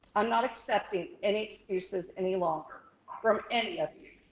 i'm not accepting and excuses any longer from any of you